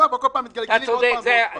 לא, אבל כל פעם מתגלגלים עוד פעם ועוד פעם.